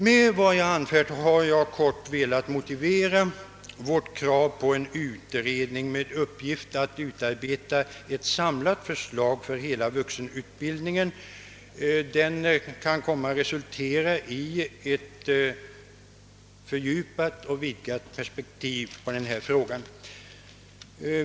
Med vad jag anfört har jag kortfattat velat motivera vårt krav på en utredning med uppgift att utarbeta ett samlat förslag för hela vuxenutbildningen. Den kan komma att resultera i ett fördjupat och vidgat perspektiv på denna fråga.